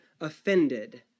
offended